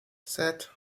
sept